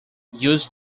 used